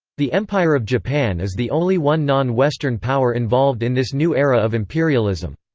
the empire of japan is the only one non-western power involved in this new era of imperialism.